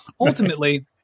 ultimately